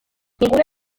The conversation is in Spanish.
ninguna